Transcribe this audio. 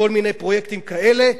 כל מיני פרויקטים כאלה,